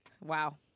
Wow